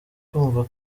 kumva